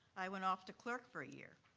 i went off to clerk for a year.